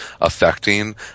affecting